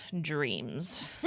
dreams